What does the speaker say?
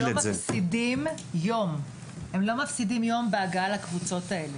והם לא מפסידים יום בהגעה לקבוצות האלה,